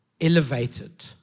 elevated